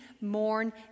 mourn